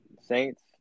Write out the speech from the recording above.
Saints